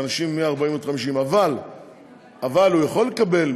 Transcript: לאנשים בני 40 50. אבל הוא יכול לקבל,